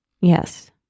Yes